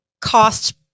cost